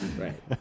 Right